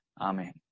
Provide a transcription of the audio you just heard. amen